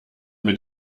mit